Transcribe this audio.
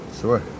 Sure